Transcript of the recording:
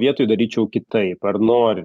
vietoj daryčiau kitaip ar nori